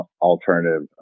alternative